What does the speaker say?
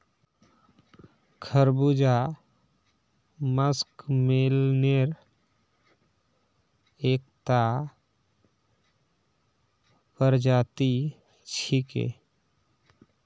खरबूजा मस्कमेलनेर एकता प्रजाति छिके